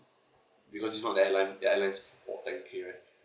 because it's not that airline that I learn is for ten K right